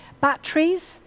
batteries